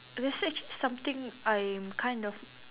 they said something I am kind of